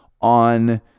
on